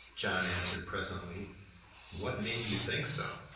john answered presently what made you think so?